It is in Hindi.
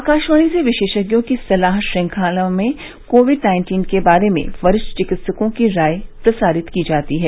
आकाशवाणी से विशेषज्ञोंकी सलाह श्रृंखला में कोविड नाइन्टीन के बारे में वरिष्ठ चिकित्सकों की राय प्रसारितकी जाती है